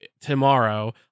tomorrow